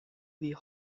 wie